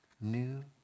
new